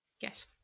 Yes